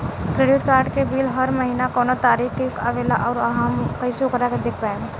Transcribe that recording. Credit card के bill हर महीना कौना तारीक के आवेला और आउर हम कइसे ओकरा के देख पाएम?